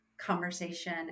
conversation